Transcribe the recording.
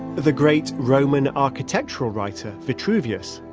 the great roman architectural writer, vitruvius,